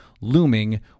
looming